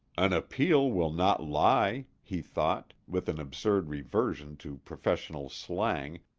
an appeal will not lie, he thought, with an absurd reversion to professional slang,